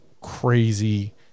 crazy